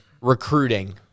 recruiting